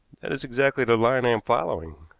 that is exactly the line i am following,